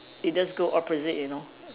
it does go opposite you know